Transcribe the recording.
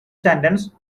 sentence